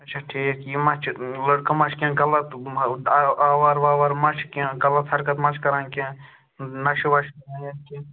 اَچھا ٹھیٖک یہِ ما چھُ لڑکہٕ ما چھُ کیٚنٛہہ غلط اوُٹ آوارٕ واوارٕ ما چھِ کیٚنٛہہ غلط حرکت ما چھِ کَران کیٚنٛہہ نَشہٕ وَشہٕ کیٚنٛہہ نَتہٕ کیٚنٛہہ